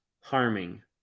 harming